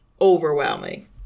overwhelming